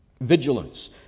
Vigilance